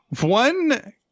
one